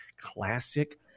Classic